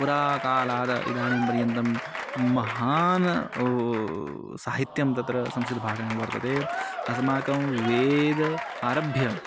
पुरा कालाद् इदानीं पर्यन्तं महान् साहित्यं तत्र संस्कृतभाषायां वर्तते अस्माकं वेदेभ्यः आरभ्य